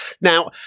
Now